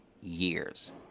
years